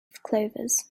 clovers